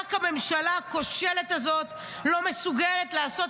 רק הממשלה הכושלת הזאת לא מסוגלת לעשות